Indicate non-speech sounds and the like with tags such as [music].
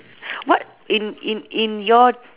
[breath] what in in in your